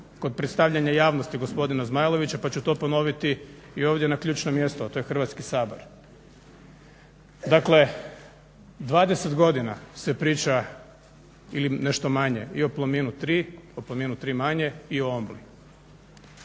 kod predstavljanja javnosti gospodina Zmajlovića pa ću to ponoviti i ovdje na ključnom mjestu, a to je Hrvatski sabor. Dakle, 20 godina se priča ili nešto manje i o Plominu 3, o Plominu 3 manje i o Ombli.